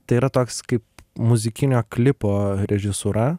tai yra toks kaip muzikinio klipo režisūra